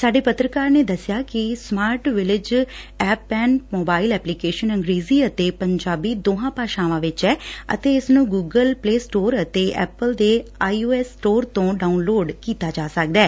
ਸਾਡੇ ਪੱਤਰਕਾਰ ਨੇ ਦਸਿਆ ਕਿ ਇਹ smart villages campaign mobile application ੰਗਰੇਜ਼ੀ ਅਤੇ ਪੰਜਾਬੀ ਦੋਹਾਂ ਭਾਸ਼ਾਵਾਂ ਵਿਚ ਏ ਅਤੇ ਇਸ ਨੁੰ ਗੁੱਗਲ ਪਲੇ ਸਟੋਰ ਤੋਂ ਡਾਉਨਲੋਡ ਕੀਤਾ ਆਈ ਓ ਐਸ ਸਟੋਰ ਤੋਂ ਡਾਉਨ ਲੋਡ ਕੀਤਾ ਜਾ ਸਕਦੈ